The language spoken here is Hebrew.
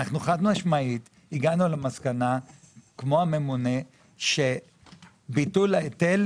אנחנו חד-משמעית הגענו למסקנה כמו הממונה שביטול ההיטל